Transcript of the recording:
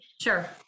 sure